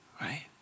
Right